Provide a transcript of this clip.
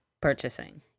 purchasing